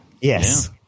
Yes